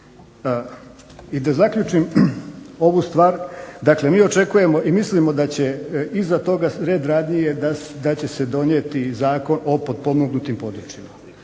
I da zaključim ovu stvar. Dakle, mi očekujemo i mislimo da će iza toga red radi je da će se donijeti i Zakon o potpomognutim područjima.